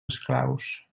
esclaus